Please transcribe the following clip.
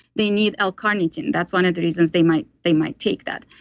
they need ah l-carnitine, that's one of the reasons they might they might take that.